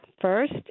first